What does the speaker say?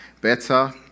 Better